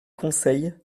conseils